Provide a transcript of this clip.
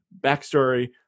backstory